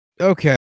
Okay